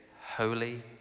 holy